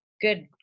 Good